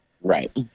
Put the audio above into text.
Right